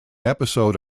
episode